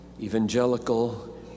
evangelical